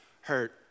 hurt